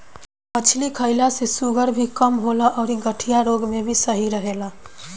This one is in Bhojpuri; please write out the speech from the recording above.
मछरी खईला से शुगर भी कम होला अउरी गठिया रोग में भी सही रहेला